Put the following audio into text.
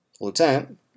lieutenant